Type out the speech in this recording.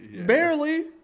Barely